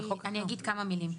אגיד כמה מילים.